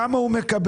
כמה הוא מקבל,